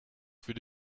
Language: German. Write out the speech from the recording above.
für